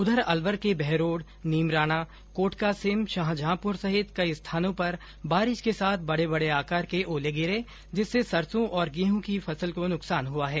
उधर अलवर के बहरोड़ नीमराणा कोटकासिम शाहजहॉपुर सहित कई स्थानों पर बारिश के साथ बड़े बड़े आकार के ओले गिरे जिससे सरसों और गेहूं की फसल को नुकसान हआ है